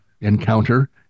encounter